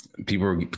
People